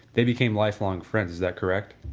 they became lifelong friends, is that correct?